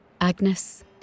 Agnes